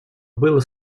было